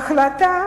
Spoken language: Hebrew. ההחלטה